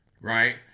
Right